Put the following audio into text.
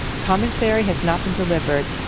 commissary has not been delivered.